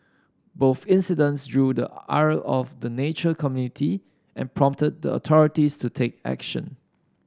both incidents drew the ire of the nature community and prompted the authorities to take action